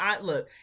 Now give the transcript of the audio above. look